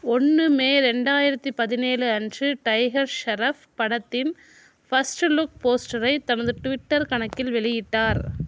ஒன்று மே ரெண்டாயிரத்து பதினேழு அன்று டைகர் ஷெராஃப் படத்தின் ஃபர்ஸ்ட் லுக் போஸ்டரை தனது ட்விட்டர் கணக்கில் வெளியிட்டார்